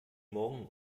morgen